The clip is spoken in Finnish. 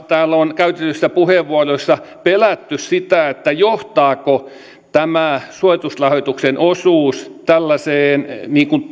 on käytetyissä puheenvuoroissa pelätty sitä johtaako tämä suoritusrahoituksen osuus tällaiseen